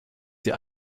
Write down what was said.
die